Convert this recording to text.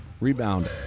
Rebound